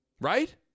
Right